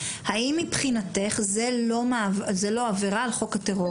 האם מבחינתך זה לא עבירה על חוק הטרור?